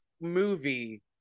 movie